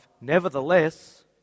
nevertheless